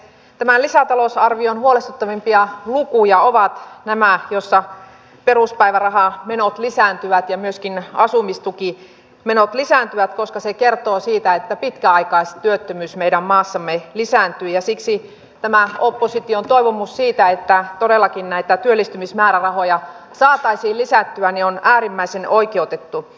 tämän lisäta lousarvion huolestuttavimpia lukuja ovat nämä joissa peruspäivärahamenot lisääntyvät ja myöskin asumistukimenot lisääntyvät koska se kertoo siitä että pitkäaikaistyöttömyys meidän maassamme lisääntyy ja siksi tämä opposition toivomus siitä että todellakin näitä työllistymismäärärahoja saataisiin lisättyä on äärimmäisen oikeutettu